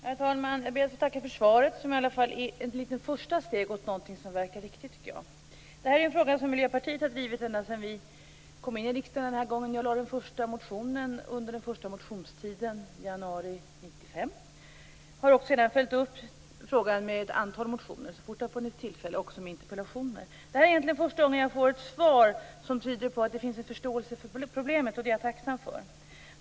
Herr talman! Jag ber att få tacka för svaret som i alla fall är ett första steg mot något som verkar riktigt, tycker jag. Det här är en fråga som Miljöpartiet har drivit ända sedan vi kom in i riksdagen den här gången. Jag lade den första motionen under den första motionstiden i januari 1995. Jag har också följt upp frågan med ett antal motioner, så fort det har funnits tillfälle, och också med interpellationer. Det här är egentligen första gången som jag får ett svar som tyder på att det finns en förståelse för problemet. Det är jag tacksam för.